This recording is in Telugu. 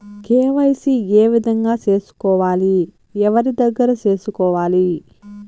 కె.వై.సి ఏ విధంగా సేసుకోవాలి? ఎవరి దగ్గర సేసుకోవాలి?